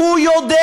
הוא יודע